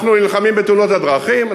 אנחנו נלחמים בתאונות הדרכים,